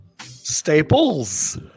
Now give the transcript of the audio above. Staples